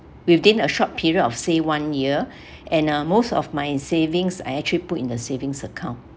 within a short period of say one year and uh most of my savings I actually put in the savings account